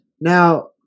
now